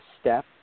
step